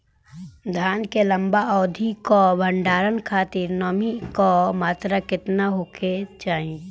धान के लंबा अवधि क भंडारण खातिर नमी क मात्रा केतना होके के चाही?